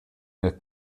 nel